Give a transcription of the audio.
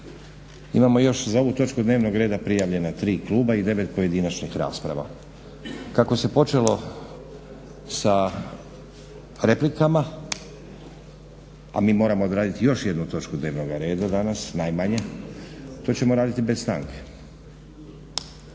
Imamo još za ovu točku dnevnog reda prijavljena 3 kluba i 9 pojedinačnih rasprava. Kako se počelo sa replikama, a mi moramo odraditi još jednu točku dnevnoga reda danas, najmanje. To ćemo raditi bez stanke.